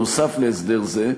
נוסף על הסדר זה,